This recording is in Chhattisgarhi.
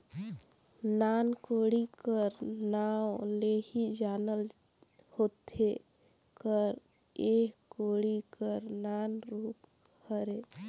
नान कोड़ी कर नाव ले ही जानल होथे कर एह कोड़ी कर नान रूप हरे